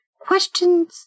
questions